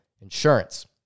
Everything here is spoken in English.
insurance